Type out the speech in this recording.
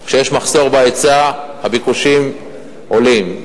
כשיש מחסור בהיצע, הביקושים עולים.